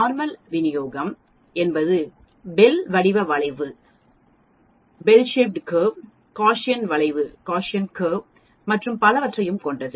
normal விநியோகம் என்பது bell வடிவ வளைவு காஸியன் வளைவு மற்றும் பலவற்றையும் கொண்டது